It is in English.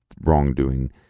wrongdoing